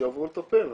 שיבואו לטפל.